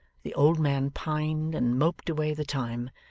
the old man pined and moped away the time,